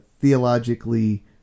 theologically